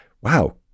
wow